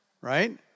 right